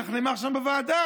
כך נאמר שם בוועדה.